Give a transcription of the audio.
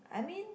I mean